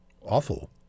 awful